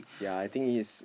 ya I think he's